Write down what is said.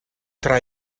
tra